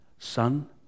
Son